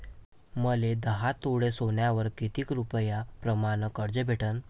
मले दहा तोळे सोन्यावर कितीक रुपया प्रमाण कर्ज भेटन?